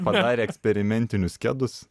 padarė eksperimentinius kedus